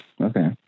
Okay